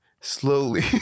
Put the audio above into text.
slowly